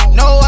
no